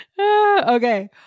Okay